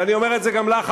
ואני אומר את זה גם לך,